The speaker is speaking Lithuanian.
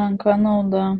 menka nauda